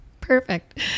perfect